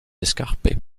escarpées